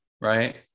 right